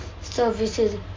services